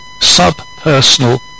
sub-personal